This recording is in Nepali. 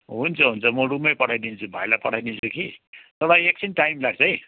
हुन्छ हुन्छ म रुममै पठाइदिन्छु भाइलाई पठाइदिन्छु कि तर एकछिन टाइम लाग्छ है